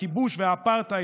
הכיבוש והאפרטהייד,